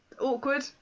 awkward